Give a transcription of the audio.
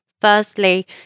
Firstly